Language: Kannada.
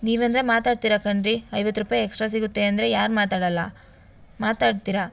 ನೀವು ಅಂದರೆ ಮಾತಾಡ್ತೀರ ಕಣ್ರಿ ಐವತ್ತು ರೂಪಾಯಿ ಎಕ್ಸ್ಟ್ರಾ ಸಿಗುತ್ತೆ ಅಂದರೆ ಯಾರು ಮಾತಾಡಲ್ಲ ಮಾತಾಡ್ತೀರ